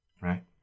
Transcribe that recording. right